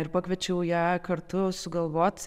ir pakviečiau ją kartu sugalvot